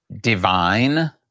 divine